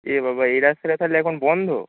এ বাবা এ রাস্তাটা তাহলে এখন বন্ধ